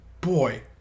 Boy